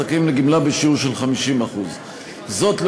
זכאים לגמלה בשיעור של 50%. זאת,